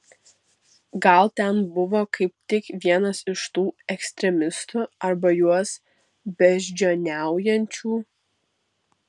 gal ten buvo kaip tik vienas iš tų ekstremistų arba juos beždžioniaujančių